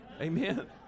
Amen